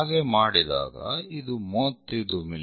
ಹಾಗೆ ಮಾಡಿದಾಗ ಇದು 35 ಮಿ